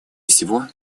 всего